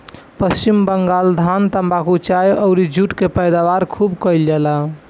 पश्चिम बंगाल धान, तम्बाकू, चाय अउरी जुट के पैदावार खूब कईल जाला